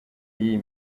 y’iyi